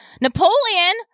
Napoleon